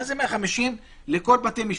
מה זה 150 לכל בתי המשפט?